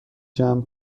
جمع